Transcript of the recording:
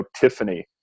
Tiffany